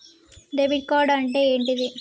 Debit card అంటే ఏంటిది?